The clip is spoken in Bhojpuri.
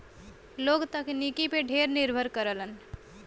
लोग तकनीकी पे ढेर निर्भर करलन